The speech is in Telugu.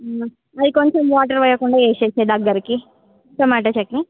అవి కొంచెం వాటర్ వేయకుండా చేయి దగ్గరికి టమాటో చట్నీ